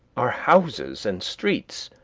our houses and streets,